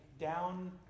down